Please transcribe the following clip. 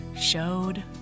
showed